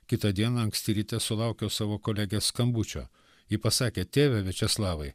kitą dieną anksti ryte sulaukiau savo kolegės skambučio ji pasakė tėve viačeslavai